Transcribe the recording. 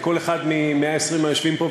וכל אחד מ-120 היושבים פה,